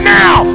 now